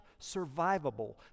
survivable